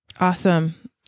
awesome